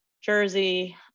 Jersey